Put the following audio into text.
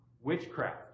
witchcraft